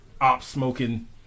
op-smoking